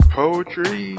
poetry